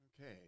Okay